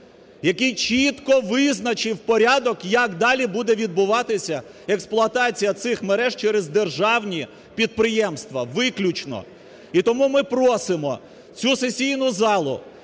який чітко визначив порядок, як далі буде відбуватися експлуатація цих мереж через державні підприємства. Виключно! І тому ми просимо цю сесійну залу